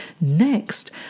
Next